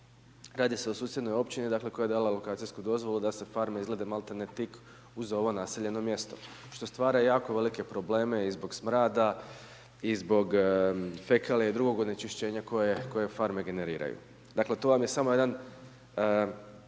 radi se o susjednoj općini dakle koja je dala lokacijsku dozvolu da se farme izgrade maltene tik uz ovo naseljeno mjesto što stvara jako velike probleme i zbog smrada i zbog fekalija i drugog onečišćenja koje farme generiraju. Dakle to vam je samo jedan